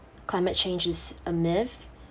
climate change is a myth